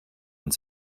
und